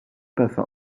passa